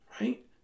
right